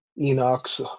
Enoch's